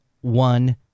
one